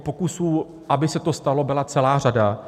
Pokusů, aby se to stalo, byla celá řada.